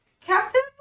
captain